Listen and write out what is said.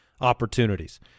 opportunities